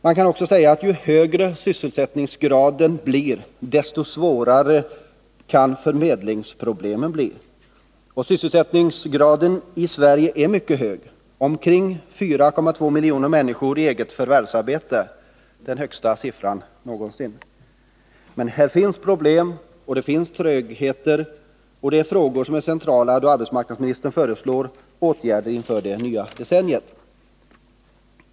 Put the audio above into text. Man kan också säga att ju högre sysselsättningsgraden blir, desto svårare blir förmedlingsproblemen. Sysselsättningsgraden i Sverige är mycket hög — omkring 4,2 miljoner människor har eget förvärvsarbete. Det är den högsta siffran någonsin. Men här finns problem, och det finns trögheter, och det är frågor som är centrala då arbetsmarknadsministern föreslår åtgärder inför det nya decenniet.